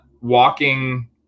walking